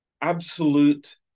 absolute